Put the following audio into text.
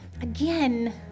again